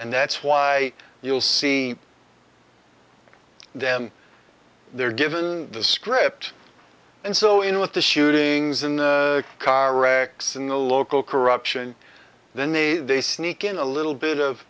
and that's why you'll see them they're given the script and so in with the shootings in the car wrecks in the local corruption then they they sneak in a little bit of